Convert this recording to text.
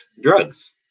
drugs